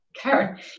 Karen